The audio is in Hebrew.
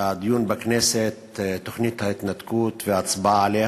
לדיון בכנסת תוכנית ההתנתקות ובהצבעה עליה.